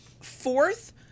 Fourth